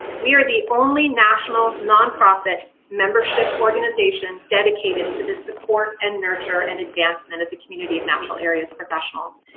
we are the only national nonprofit membership organization dedicated to the support and nurture and advancement of the community of natural areas professionals.